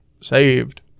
saved